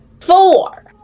four